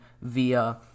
via